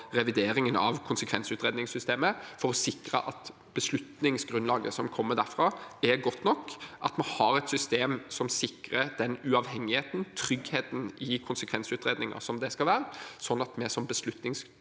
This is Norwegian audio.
revideringen av konsekvensutredningssystemet for å sikre at beslutningsgrunnlaget som kommer derfra, er godt nok – at vi har et system som sikrer den uavhengigheten og tryggheten i konsekvensutredningen som det skal være, sånn at vi som beslutningstakere